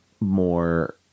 more